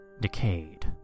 Decayed